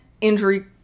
injury